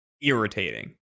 irritating